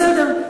בסדר.